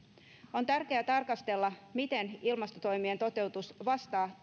on tärkeää tarkastella miten ilmastotoimien toteutus vastaa